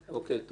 תודה.